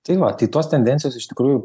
tai va tai tos tendencijos iš tikrųjų